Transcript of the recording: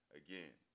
again